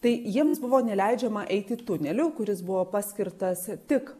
tai jiems buvo neleidžiama eiti tuneliu kuris buvo paskirtas tik